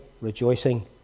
rejoicing